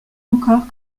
encore